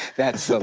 that's